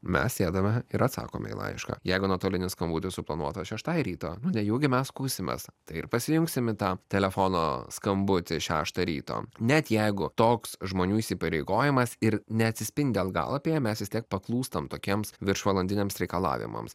mes sėdame ir atsakome į laišką jeigu nuotolinis skambutis suplanuotas šeštai ryto nu nejaugi mes skųsimės tai ir pasijungsim į tą telefono skambutį šeštą ryto net jeigu toks žmonių įsipareigojimas ir neatsispindi algalapyje mes vis tiek paklūstam tokiems viršvalandiniams reikalavimams